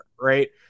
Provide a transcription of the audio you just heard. right